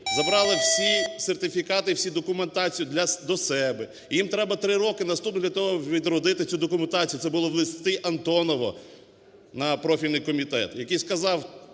забрала всі сертифікати і всю документацію до себе. І їм треба три роки для того, щоб відродити цю документацію. Це було в листі "Антонова" на профільний комітет, який сказав,